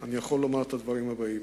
אני יכול לומר את הדברים הבאים: